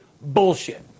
bullshit